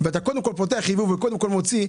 אתה קודם פותח יבוא וקודם מוציא,